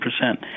percent